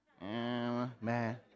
Man